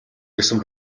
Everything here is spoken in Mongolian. гэсэн